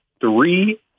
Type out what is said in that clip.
three